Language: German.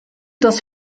das